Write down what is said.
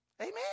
Amen